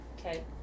Okay